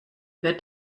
wird